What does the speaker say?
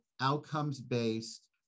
outcomes-based